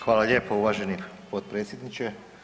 Hvala lijepo uvaženi potpredsjedniče.